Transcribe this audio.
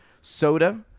soda